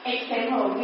Example